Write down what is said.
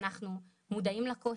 אנחנו מודעים לקושי,